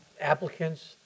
applicants